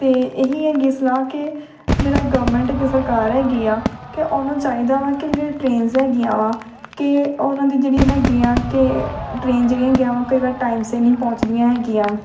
ਅਤੇ ਇਹੀ ਹੈਗੀ ਸਲਾਹ ਕਿ ਜਿਹੜਾ ਗੋਮੈਂਟ ਇੱਕ ਸਰਕਾਰ ਹੈਗੀ ਆ ਕਿ ਉਹਨੂੰ ਚਾਹੀਦਾ ਵਾ ਕਿ ਜਿਹੜੀਆਂ ਟ੍ਰੇਨਜ਼ ਹੈਗੀਆਂ ਵਾ ਕਿ ਉਹਨਾਂ ਦੀ ਜਿਹੜੀ ਹੈਗੀ ਆ ਕਿ ਟ੍ਰੇਨ ਜਿਹੜੀਆਂ ਹੈਗੀਆਂ ਵਾ ਕਈ ਵਾਰ ਟਾਈਮ ਸਿਰ ਨਹੀਂ ਪਹੁੰਚਦੀਆਂ ਹੈਗੀਆਂ